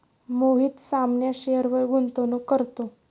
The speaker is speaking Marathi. मोहित सामान्य शेअरवर गुंतवणूक करतो